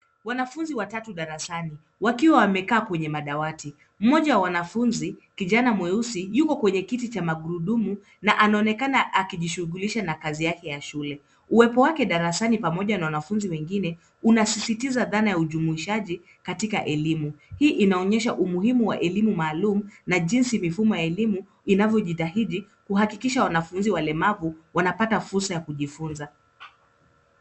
Wanafunzi watatu darasani, wakiwa wamekaa kwenye madawati. Mmoja wa wanafunzi, kijana mweusi, yuko kwenye kiti cha magurudumu na anaonekana akijishughulisha na kazi yake ya shule. Uwepo wake darasani pamoja na wanafunzi wengine, unasisitiza dhana ya ujumuishaji katika elimu. Hii inaonyesha umuhimu wa elimu maalumu na jinsi mifumo ya elimu inavyojitahidi kuhakikisha wanafunzi walemavu wanapata fursa ya kujifunza.